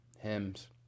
hymns